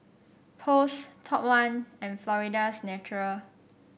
Post Top One and Florida's Natural